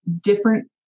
different